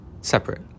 Separate